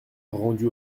rendus